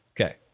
okay